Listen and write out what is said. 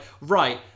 right